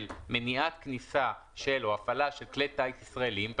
מניעת כניסה או הפעלה של כלי טיס ישראליים,